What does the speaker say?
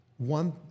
One